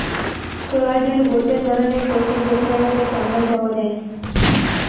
collagen গটে ধরণের protein যেটি আমাদের চামড়ায় পাওয়া যায়